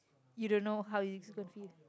you don't know how it's